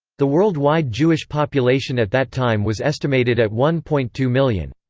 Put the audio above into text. the worldwide jewish population at that time was estimated at one point two million.